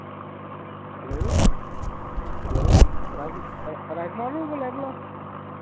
hello hello राजक राजकुमार होर बोल्ला दे भला